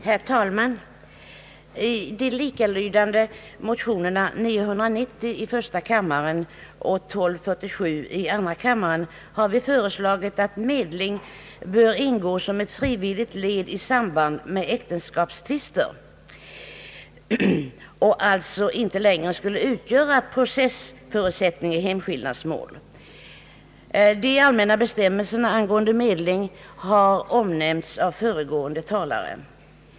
Herr talman! I de likalydande motionerna 1:990 och 1I1:1247 har vi föreslagit att medling skall ingå som ett frivilligt led i samband med äktenskapstvister och alltså inte längre utgöra processförutsättning i hemskillnadsmål. De allmänna bestämmelserna angående medling har omnämnts av föregående talare.